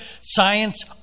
science